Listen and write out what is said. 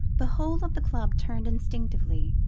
the whole of the club turned instinctively,